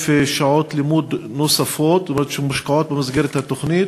שעות לימוד נוספות שמושקעות במסגרת התוכנית,